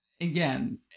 again